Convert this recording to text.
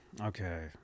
Okay